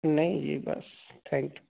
ਨਹੀਂ ਜੀ ਬਸ ਥੈਂਕ